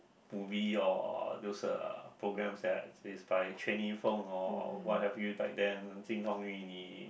movie or those uh programs that are is by or what have you like them